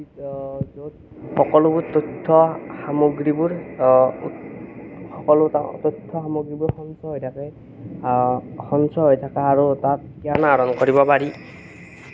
য'ত সকলোবোৰ তথ্য সামগ্ৰীবোৰ সকলো তথ্য সামগ্ৰীবোৰ সঞ্চয় হৈ থাকে সঞ্চয় হৈ থাকে আৰু তাত জ্ঞান আহৰণ কৰিব পাৰি